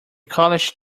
college